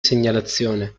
segnalazione